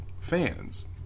fans